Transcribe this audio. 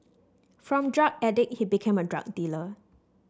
from drug addict he became a drug dealer